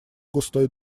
густой